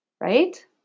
Right